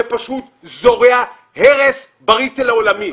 שפשוט זורע הרס בריטייל העולמי.